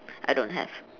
I don't have